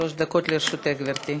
שלוש דקות לרשותך, גברתי.